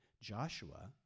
Joshua